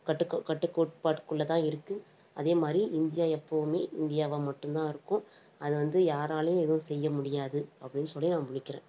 கட்டுக்கோ கட்டுக்கோட்பாட்டுக்குள்ளே தான் இருக்குது அதேமாதிரி இந்தியா எப்பவுமே இந்தியாவாக மட்டும் தான் இருக்கும் அதை வந்து யாராலையும் எதுவும் செய்ய முடியாது அப்படின்னு சொல்லி நான் முடிக்கிறேன்